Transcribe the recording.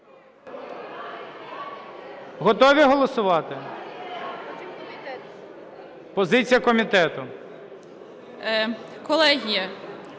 Готові голосувати? Позиція комітету.